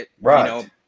Right